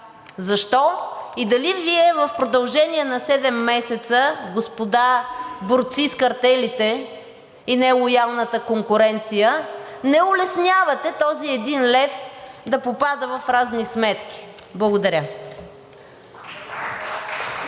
защо и дали Вие в продължение на седем месеца, господа борци с картелите и нелоялната конкуренция, не улеснявате този един лев да попада в разни сметки. Благодаря.